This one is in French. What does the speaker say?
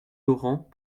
laurent